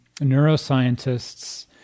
neuroscientists